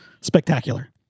spectacular